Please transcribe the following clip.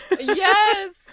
Yes